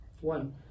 one